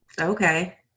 Okay